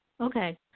Okay